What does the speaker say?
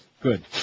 good